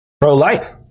pro-life